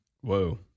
Whoa